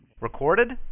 Recorded